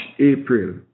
April